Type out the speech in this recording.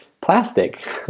plastic